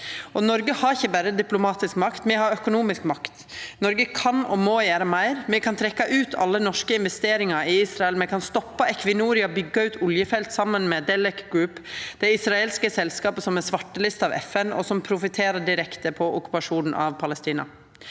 Noreg har ikkje berre diplomatisk makt; me har økonomisk makt. Noreg kan og må gjere meir. Me kan trekkje ut alle norske investeringar i Israel. Me kan stoppe Equinor frå å byggje ut oljefelt saman med Delek Group, det israelske selskapet som er svartelista av FN, og som profitterer direkte på okkupasjonen av Palestina.